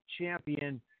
champion